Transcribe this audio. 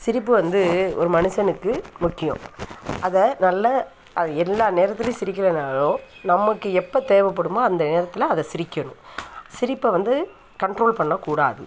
சிரிப்பு வந்து ஒரு மனுசனுக்கு முக்கியம் அதை நல்லா அது எல்லா நேரத்துலையும் சிரிக்கலனாலும் நமக்கு எப்போ தேவைப்படுமோ அந்த நேரத்தில் அதை சிரிக்கணும் சிரிப்பை வந்து கண்ட்ரோல் பண்ணக்கூடாது